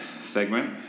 segment